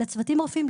לצוותים הרפואיים,